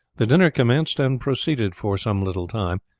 the dinner commenced and proceeded for some little time,